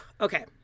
okay